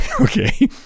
Okay